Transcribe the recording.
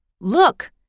Look